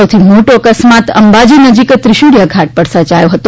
સૌથી મોટો અકસ્માત અંબાજી નજીક ત્રિશુળીયા ઘાટ પર સર્જાયો હતો